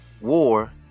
war